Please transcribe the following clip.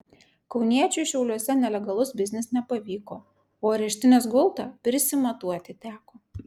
kauniečiui šiauliuose nelegalus biznis nepavyko o areštinės gultą prisimatuoti teko